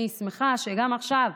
אני שמחה שגם עכשיו,